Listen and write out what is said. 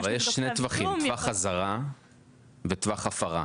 לא, אבל יש שני טווחים: טווח אזהרה וטווח הפרה.